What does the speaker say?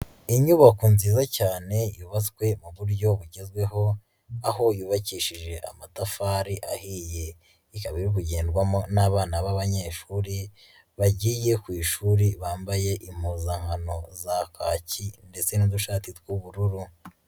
Inyubako nziza cyane yubatswe mu buryo bugezweho, aho yubakishije amatafari ahiye, ikaba iri kugendwamo n'abana b'abanyeshuri, bagiye ku ishuri bambaye impuzankano za kaki ndetse n'udushati tw'ubururu.